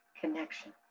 connection